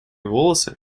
волосы